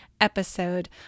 episode